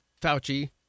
Fauci